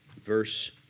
verse